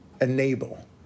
enable